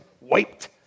Wiped